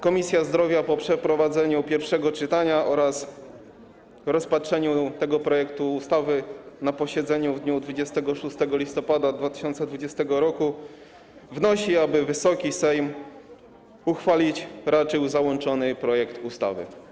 Komisja Zdrowia, po przeprowadzeniu pierwszego czytania oraz rozpatrzeniu tego projektu ustawy na posiedzeniu w dniu 26 listopada 2020 r., wnosi, aby Wysoki Sejm uchwalić raczył załączony projekt ustawy.